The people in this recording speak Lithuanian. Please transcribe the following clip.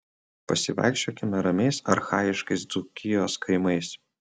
pasivaikščiokime ramiais archaiškais dzūkijos kaimais